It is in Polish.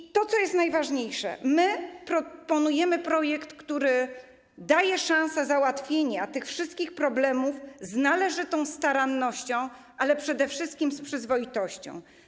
I to, co jest najważniejsze: proponujemy projekt, który daje szansę załatwienia tych wszystkich problemów z należytą starannością, ale przede wszystkim z przyzwoitością.